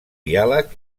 diàleg